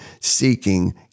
seeking